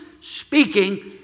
speaking